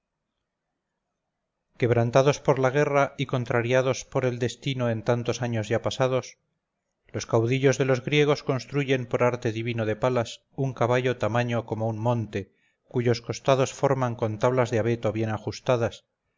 quebrantados por la guerra y contrariados por el destino en tantos años ya pasados los caudillos de los griegos construyen por arte divino de palas un caballo tamaño como un monte cuyos costados forman con tablas de abeto bien ajustadas